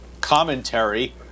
commentary